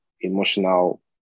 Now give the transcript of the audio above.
emotional